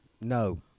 No